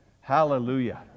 Hallelujah